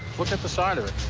look at the side of it.